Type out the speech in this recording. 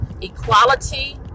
equality